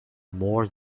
more